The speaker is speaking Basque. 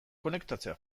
konektatzea